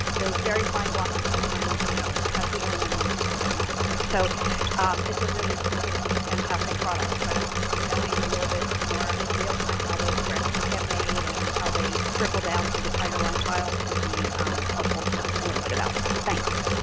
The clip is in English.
those very fine blocks are sometimes, you know, have people in them when people don't really live there. so it's a really it's a fantastic product, but knowing a little bit more in realtime how those corrections get made and how they trickle down through the tiger line files would be helpful to know a little bit about. thanks.